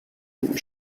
unten